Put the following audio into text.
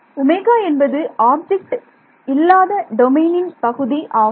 Ω என்பது ஆப்ஜெக்ட் இல்லாத டொமைனின் பகுதி ஆகும்